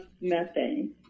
methane